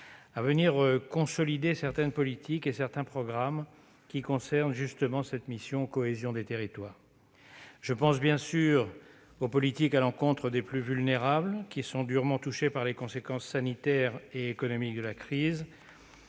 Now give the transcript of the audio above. à consolider certaines politiques et certains programmes, qui touchent à la mission « Cohésion des territoires ». Je pense bien sûr aux politiques ciblant les plus vulnérables, qui sont durement touchés par les conséquences sanitaires et économiques de la crise.